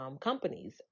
companies